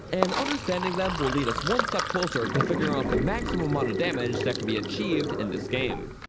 and understanding them will lead us one step closer to figuring out the maximum amount of damage that can be achieved in this game.